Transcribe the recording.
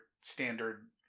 standard